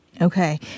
Okay